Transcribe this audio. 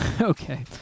Okay